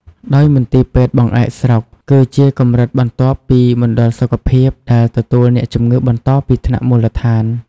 ដោយមន្ទីរពេទ្យបង្អែកស្រុក គឺជាកម្រិតបន្ទាប់ពីមណ្ឌលសុខភាព ដែលទទួលអ្នកជំងឺបន្តពីថ្នាក់មូលដ្ឋាន។